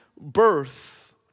birth